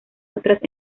otras